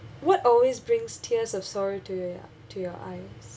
what always brings tears of sorrow to your to your eyes